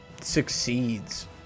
Succeeds